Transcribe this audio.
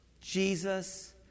Jesus